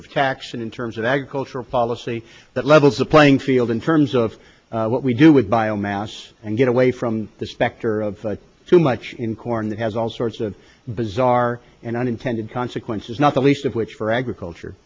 of tax and in terms of agricultural policy that levels the playing field in terms of what we do with bio mass and get away from the specter of too much in corn that has all sorts of bizarre and unintended consequences not the least of which for agriculture